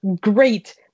great